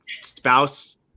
spouse